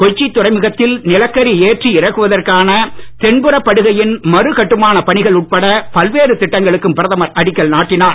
கொச்சி துறைமுகத்தில் நிலக்கரி ஏற்றி இறக்குவதற்கான தென்புற படுகையின் மறு கட்டுமானப் பணிகள் உட்பட பல்வேறு திட்டங்களுக்கும் பிரதமர் அடிக்கல் நாட்டினார்